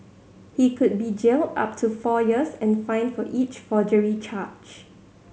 he could be jailed up to four years and fined for each forgery charge